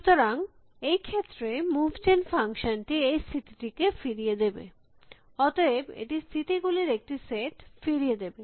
সুতরাং এই ক্ষেত্রে মুভ জেন ফাংশন টি এই স্থিতি টিকে ফিরিয়ে দেবে অতএব এটি স্থিতি গুলির একটি সেট ফিরিয়ে দেবে